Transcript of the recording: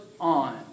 on